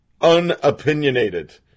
unopinionated